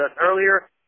earlier